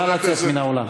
נא לצאת מן האולם.